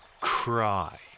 cry